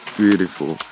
beautiful